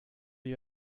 you